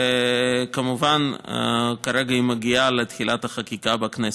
וכמובן, היא מגיעה כרגע לתחילת החקיקה בכנסת.